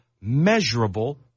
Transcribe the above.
measurable